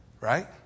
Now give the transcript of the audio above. Right